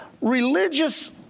religious